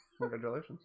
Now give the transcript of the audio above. Congratulations